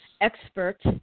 expert